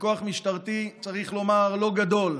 וכוח משטרתי, צריך לומר לא גדול,